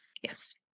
Yes